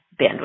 bandwidth